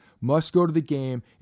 must-go-to-the-game